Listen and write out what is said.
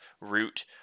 root